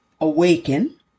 awaken